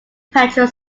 petrol